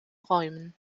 räumen